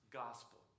gospel